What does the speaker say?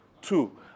two